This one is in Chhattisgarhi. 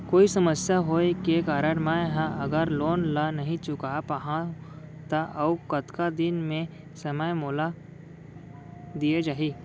कोई समस्या होये के कारण मैं हा अगर लोन ला नही चुका पाहव त अऊ कतका दिन में समय मोल दीये जाही?